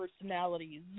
personalities